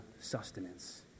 sustenance